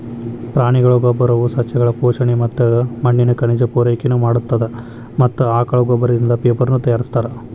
ಪ್ರಾಣಿಗಳ ಗೋಬ್ಬರವು ಸಸ್ಯಗಳು ಪೋಷಣೆ ಮತ್ತ ಮಣ್ಣಿನ ಖನಿಜ ಪೂರೈಕೆನು ಮಾಡತ್ತದ ಮತ್ತ ಆಕಳ ಗೋಬ್ಬರದಿಂದ ಪೇಪರನು ತಯಾರಿಸ್ತಾರ